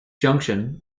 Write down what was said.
junction